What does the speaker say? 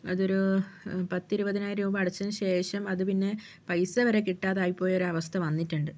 അതൊരു പത്തിരുപതിനായിരം രൂപ അടച്ചതിനു ശേഷം അത് പിന്നെ പൈസ വരെ കിട്ടാതായിപ്പോയൊര് അവസ്ഥ വന്നിട്ടുണ്ട്